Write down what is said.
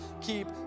keep